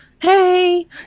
hey